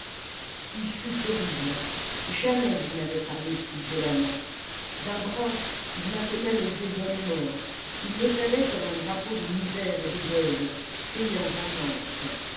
il fut terrible jamais il n'avait parlé si violemment d'un bras il maintenait le vieux bonnemort il l'étalait comme un drapeau de misère et de deuil criant vengeance